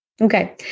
Okay